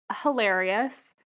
hilarious